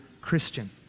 Christian